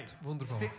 wunderbar